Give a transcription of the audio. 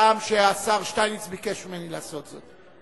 מהטעם שהשר שטייניץ ביקש ממני לעשות זאת.